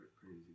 crazy